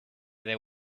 there